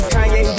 Kanye